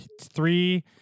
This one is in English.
three